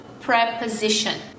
preposition